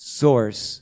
source